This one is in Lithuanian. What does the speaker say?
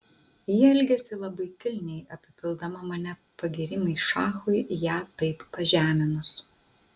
ji elgėsi labai kilniai apipildama mane pagyrimais šachui ją taip pažeminus